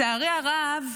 לצערי הרב,